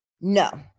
No